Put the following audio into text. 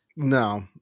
No